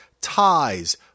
ties